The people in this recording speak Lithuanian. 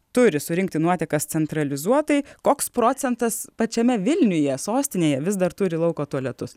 turi surinkti nuotekas centralizuotai koks procentas pačiame vilniuje sostinėje vis dar turi lauko tualetus